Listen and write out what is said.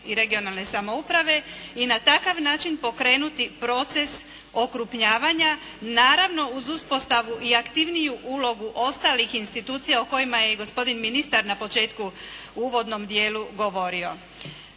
i regionalne samouprave i na takav način pokrenuti proces okrupnjavanja naravno uz uspostavu i aktivniju ulogu ostalih institucija o kojima je i gospodin ministar na početku u uvodnom dijelu govorio.